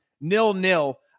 nil-nil